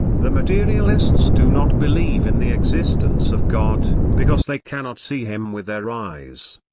the materialists do not believe in the existence of god, because they cannot see him with their eyes.